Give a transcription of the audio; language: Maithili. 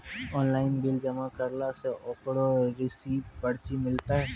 ऑनलाइन बिल जमा करला से ओकरौ रिसीव पर्ची मिलतै?